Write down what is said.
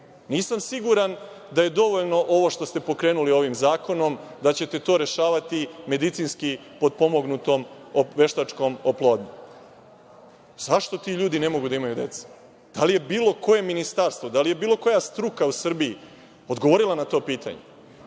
Nisam siguran da je dovoljno ovo što ste pokrenuli ovim zakonom da ćete to rešavati medicinski podpomognutom veštačkom oplodnjom. Zašto ti ljudi ne mogu da imaju dece? Da li je bilo koje ministarstvo, da li je bilo koja struka u Srbiji odgovorila na to pitanje?